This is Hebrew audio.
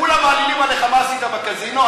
כולם מעלילים עליך מה עשית בקזינו,